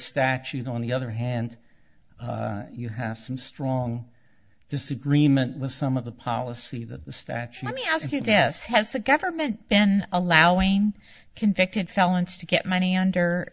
statute on the other hand you have some strong disagreement with some of the policy that the statue let me ask you guess has the government allowing convicted felons to get money under